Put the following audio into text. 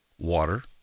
water